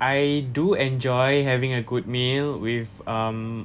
I do enjoy having a good meal with um